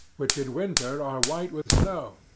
which in winter are white with snow,